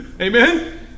Amen